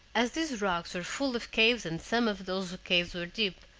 as these rocks were full of caves and some of those caves were deep,